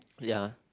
ya